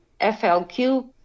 FLQ